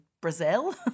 Brazil